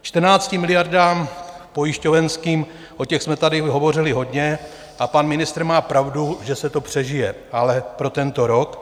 K 14 miliardám pojišťovenským, o těch jsme tady hovořili hodně, a pan ministr má pravdu, že se to přežije pro tento rok.